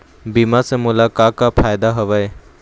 बीमा से मोला का का फायदा हवए?